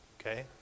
Okay